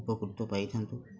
ଉପକୃତ ପାଇଥାନ୍ତୁ